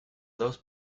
those